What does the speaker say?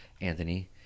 Anthony